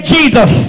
Jesus